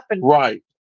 Right